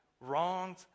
wronged